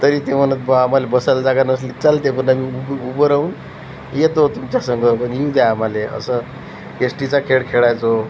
तरी ते म्हणत बा आम्हाला बसायला जागा नसली चालते पण आम्ही उभं उभं राहून येतो तुमच्यासंगं पण येऊ द्या आम्हाला असं येस्टीचा खेळ खेळायचो